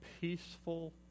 peaceful